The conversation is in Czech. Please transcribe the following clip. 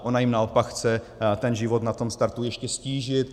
Ona jim naopak chce život na tom startu ještě ztížit.